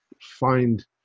find